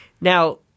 Now